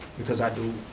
because i do,